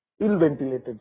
ill-ventilated